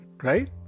right